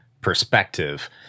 perspective